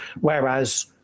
whereas